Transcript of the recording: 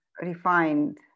refined